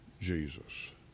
Jesus